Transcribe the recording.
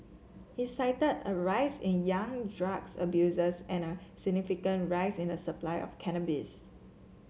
he cited a rise in young drugs abusers and a significant rise in the supply of cannabis